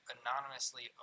anonymously